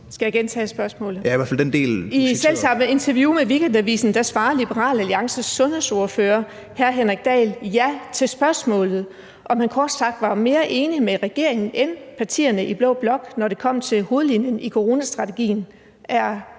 I selv samme interview med Weekendavisen svarede Liberal Alliances sundhedsordfører, hr. Henrik Dahl, ja til spørgsmålet, om han kort sagt var mere enig med regeringen end med partierne i blå blok, når det kom til hovedlinjerne i coronastrategien. Er